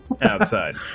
outside